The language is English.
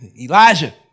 Elijah